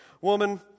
woman